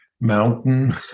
mountain